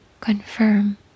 confirm